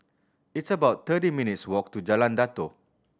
it's about thirty minutes' walk to Jalan Datoh